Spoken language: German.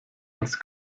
als